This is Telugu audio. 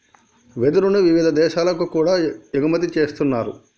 వెదురును వివిధ దేశాలకు కూడా ఎగుమతి చేస్తున్నారు